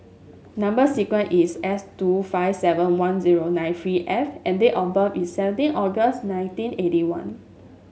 number sequence is S two five seven one zero nine three F and date of birth is seventeen August nineteen eighty one